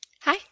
Hi